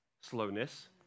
slowness